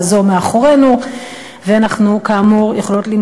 תתחדש, יושב-ראש הכנסת, כל הכבוד על קביעת התאריך.